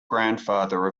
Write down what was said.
grandfather